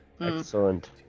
Excellent